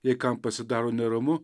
jei kam pasidaro neramu